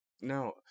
no